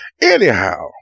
Anyhow